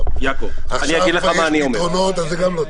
עכשיו, כשיש פתרונות זה גם לא טוב.